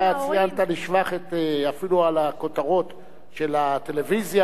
אתה ציינת לשבח אפילו בכותרות של הטלוויזיה.